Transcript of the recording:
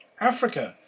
Africa